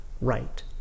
right